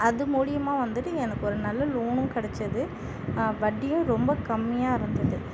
அது மூலயமா வந்துட்டு எனக்கு ஒரு நல்ல லோன் கிடச்சிது வட்டியும் ரொம்ப கம்மியாக இருந்துது